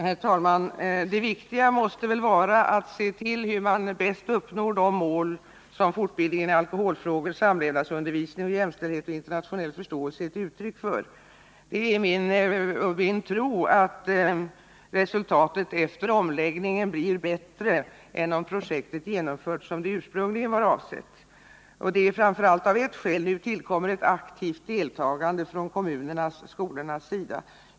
Herr talman! Det viktiga måste vara att se till att på bästa sätt uppnå de mål som fortbildningen i alkoholfrågor, samlevnad, jämställdhet och internationell förståelse är ett uttryck för. Det är min tro att resultatet efter omläggningen blir bättre än det hade blivit om det projekt som ursprungligen avsågs hade genomförts. Jag tror det framför allt av ett skäl, nämligen att nu tillkommer ett aktivt deltagande från kommunernas och skolornas sida.